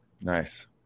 Nice